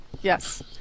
Yes